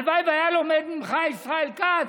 הלוואי שהיה לומד ממך, ישראל כץ,